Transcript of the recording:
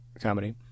comedy